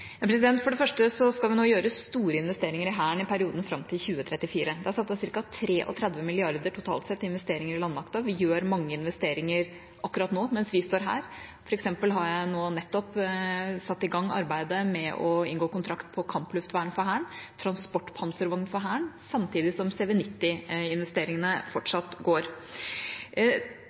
For det første skal vi gjøre store investeringer i Hæren i perioden fram til 2034. Det er satt av ca. 33 mrd. kr totalt sett til investeringer i landmakta, og vi gjør mange investeringer akkurat nå, mens vi står her. For eksempel har jeg nettopp satt i gang arbeidet med å inngå kontrakt om kampluftvern for Hæren, transportpanservogn for Hæren, samtidig som CV90-investeringene fortsatt går.